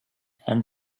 and